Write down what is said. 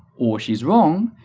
or she's wrong,